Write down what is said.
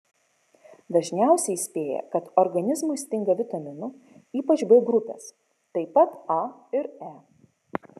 dažniausiai įspėja kad organizmui stinga vitaminų ypač b grupės taip pat a ir e